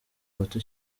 bato